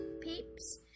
peeps